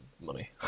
money